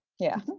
yeah.